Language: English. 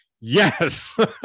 yes